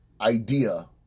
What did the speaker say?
idea